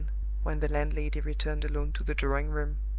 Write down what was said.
when the landlady returned alone to the drawing-room.